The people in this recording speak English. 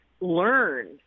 learn